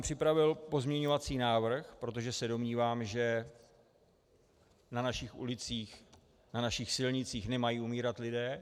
Připravil jsem pozměňovací návrh, protože se domnívám, že na našich ulicích, na našich silnicích nemají umírat lidé.